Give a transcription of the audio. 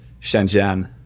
Shenzhen